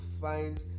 find